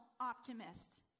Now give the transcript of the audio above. optimist